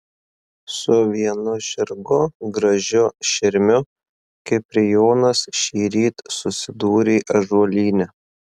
su vienu žirgu gražiu širmiu kiprijonas šįryt susidūrė ąžuolyne